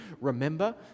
remember